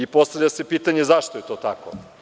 Postavlja se pitanje zašto je to tako?